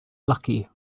lucky